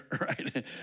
right